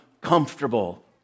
comfortable